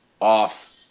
off